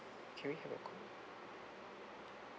can we have a quote